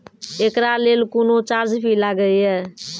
एकरा लेल कुनो चार्ज भी लागैये?